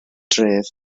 dref